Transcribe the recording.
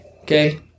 okay